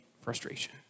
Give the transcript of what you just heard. frustration